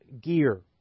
gear